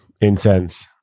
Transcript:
Incense